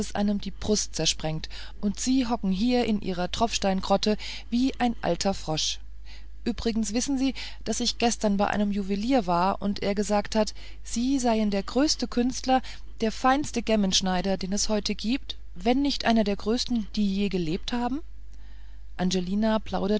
einem die brust zersprengt und sie hocken hier in ihrer tropfsteingrotte wie ein alter frosch übrigens wissen sie daß ich gestern bei meinem juwelier war und er gesagt hat sie seien der größte künstler der feinste gemmenschneider den es heute gibt wenn nicht einer der größten die je gelebt haben